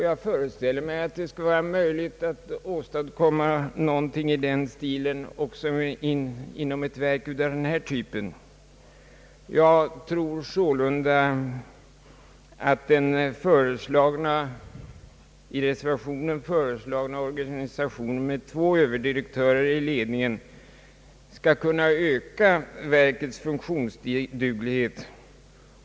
Jag föreställer mig att det skulle vara möjligt att åstadkomma någonting i den stilen inom ett verk av denna typ. Jag anser sålunda att den i reservationen förslagna organisationen med två överdirektörer i ledningen bör kunna öka verkets funktionsduglighet.